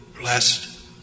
blessed